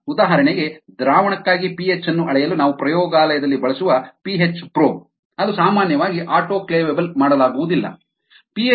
ಉದಾಹರಣೆಗೆ ದ್ರಾವಣಕ್ಕಾಗಿ ಪಿಹೆಚ್ ಅನ್ನು ಅಳೆಯಲು ನಾವು ಪ್ರಯೋಗಾಲಯದಲ್ಲಿ ಬಳಸುವ ಪಿಹೆಚ್ ಪ್ರೋಬ್ ಅದು ಸಾಮಾನ್ಯವಾಗಿ ಆಟೋಕ್ಲೇವ್ ಮಾಡಲಾಗುವುದಿಲ್ಲ